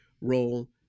role